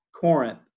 Corinth